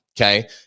okay